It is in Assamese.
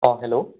অঁ হেল্ল'